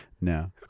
No